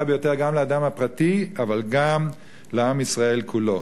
ביותר גם לאדם הפרטי אבל גם לעם ישראל כולו.